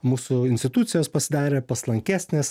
mūsų institucijos pasidarė paslankesnės